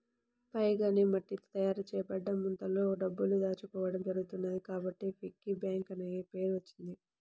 pig అనే మట్టితో తయారు చేయబడ్డ ముంతలో డబ్బులు దాచుకోవడం జరుగుతున్నది కాబట్టి పిగ్గీ బ్యాంక్ అనే పేరు వచ్చింది